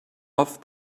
off